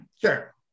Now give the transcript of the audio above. Sure